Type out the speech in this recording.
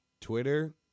Twitter